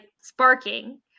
sparking